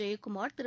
Jayakumar Thiru